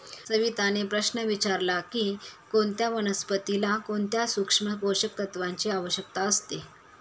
सविताने प्रश्न विचारला की कोणत्या वनस्पतीला कोणत्या सूक्ष्म पोषक तत्वांची आवश्यकता असते?